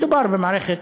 מדובר במערכת